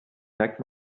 merkt